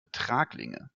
traglinge